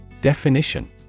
Definition